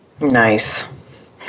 Nice